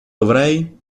dovrei